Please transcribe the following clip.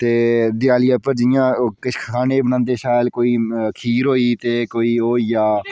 ते देआलियै उप्पर जि'यां किश खाने बनांदे शैल कोई खीर होई ते कोई ओह् होई गेआ